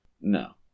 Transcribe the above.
No